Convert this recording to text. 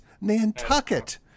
Nantucket